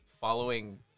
following